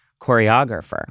choreographer